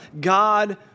God